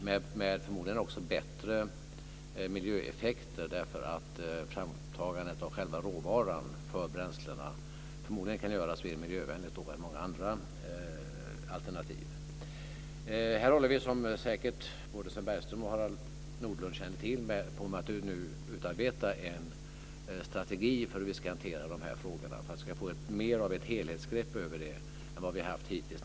Det har förmodligen också bättre miljöeffekter. Framtagandet av själva råvaran för bränslena kan förmodligen göras mer miljövänligt än när det gäller många andra alternativ. Här håller vi nu, som säkert både Sven Bergström och Harald Nordlund känner till, på att utarbeta en strategi för hur vi ska hantera de här frågorna för att vi ska få mer av ett helhetsgrepp över det än vad vi har haft hittills.